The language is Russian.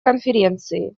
конференции